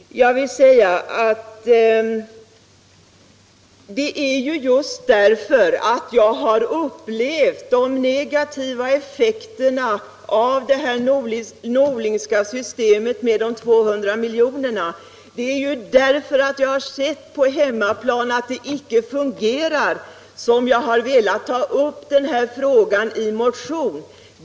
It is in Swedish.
Det är just därför att jag har upplevt de negativa effekterna av det Norlingska systemet med de 200 miljonerna, för att jag har sett på hemmaplan att det icke fungerar, som jag har velat ta upp denna fråga i motion.